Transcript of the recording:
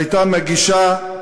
הייתה מגישה,